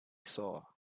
saw